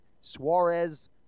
Suarez